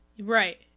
Right